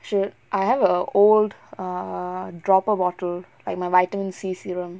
should I have a old err dropper bottle like my vitamin C serum